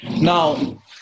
Now